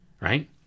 right